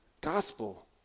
gospel